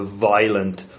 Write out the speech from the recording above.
violent